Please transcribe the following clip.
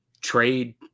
Trade